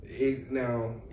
Now